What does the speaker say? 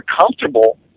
comfortable